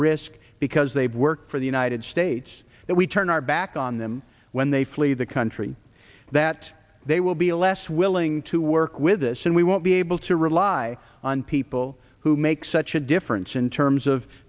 risk because they've worked for the united states that we turn our back on them when they flee the country that they will be less willing to work with us and we won't be able to rely on people who make such a difference in terms of